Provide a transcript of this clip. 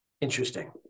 Interesting